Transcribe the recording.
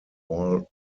all